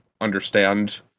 understand